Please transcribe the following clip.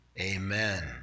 Amen